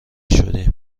شدیم